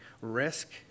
risk